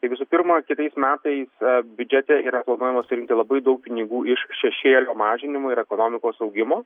tai visų pirma kitais metais biudžete yra planuojama surinkti labai daug pinigų iš šešėlio mažinimo ir ekonomikos augimo